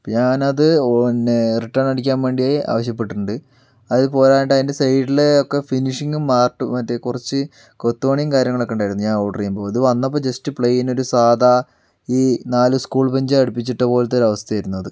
ഇപ്പോൾ ഞാനത് പിന്നെ റിട്ടേണ് അടിക്കാന്വേണ്ടി ആവശ്യപ്പെട്ടിട്ടുണ്ട് അത് പോരാഞ്ഞിട്ട് അതിന്റെ സൈഡിലെ ഒക്കെ ഫിനിഷിങ്ങും മാര്ട്ടും മറ്റെ കുറച്ച് കൊത്തുപണിയും കാര്യങ്ങളുമൊക്കെ ഉണ്ടായിരുന്നു ഞാന് ഓഡറ് ചെയ്യുമ്പോൾ ഇത് വന്നപ്പോൾ ജസ്റ്റ് പ്ലെയിന് ഒരു സാധാരണ ഈ നാല് സ്കൂള് ബഞ്ച് അടുപ്പിച്ച് ഇട്ടപോലത്തെ ഒരവസ്ഥയായിരുന്നു അത്